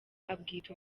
abwita